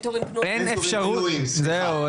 אין תורים פנויים, סליחה.